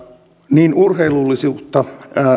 on urheilullisuutta